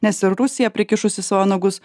nes ir rusija prikišusi savo nagus